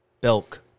Belk